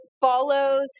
follows